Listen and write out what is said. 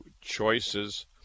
Choices